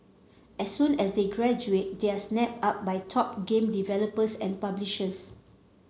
as soon as they graduate they are snapped up by top game developers and publishers